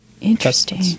Interesting